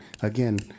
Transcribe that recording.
again